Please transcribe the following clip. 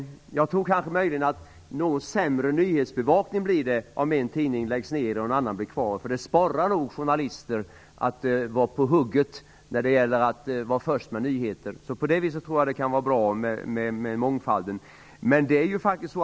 Jag tror möjligen att man kan säga att det blir något sämre nyhetsbevakning, om den ena av två tidningar på en ort läggs ned och den andra blir kvar. Konkurrensen sporrar nog journalister att vara på hugget och försöka vara först med nyheter. På det viset tror jag att mångfalden kan vara bra.